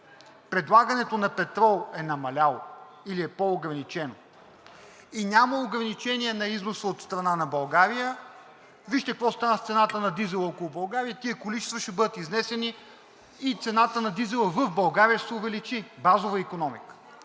предлагането на петрол е намаляло или е по-ограничено и няма ограничение на износа от страна на България – вижте какво стана с цената на дизела около България и тези количества ще бъдат изнесени, и цената на дизела в България ще се увеличи – базова икономика.